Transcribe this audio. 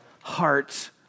hearts